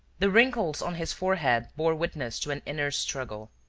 the wrinkles on his forehead bore witness to an inner struggle,